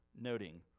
noting